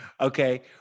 Okay